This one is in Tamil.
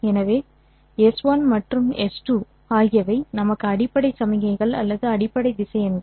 எனவே s1 மற்றும் s2 ஆகியவை நமக்கு அடிப்படை சமிக்ஞைகள் அல்லது அடிப்படை திசையன்கள்